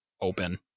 open